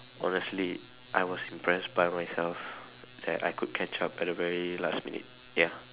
honestly I was impressed by myself that I could catch up at the very last minute ya